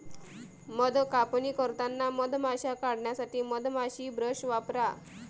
मध कापणी करताना मधमाश्या काढण्यासाठी मधमाशी ब्रश वापरा